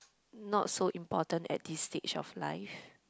not so important at this stage of life